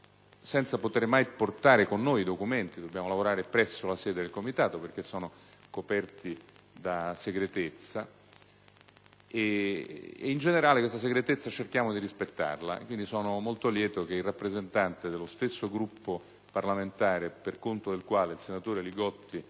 senza poter mai portare con noi i documenti; dobbiamo lavorare presso la sede del Comitato perché essi sono coperti da segretezza. In generale, cerchiamo di rispettare questa segretezza e sono molto lieto che il rappresentante dello stesso Gruppo parlamentare, per conto del quale il senatore Li Gotti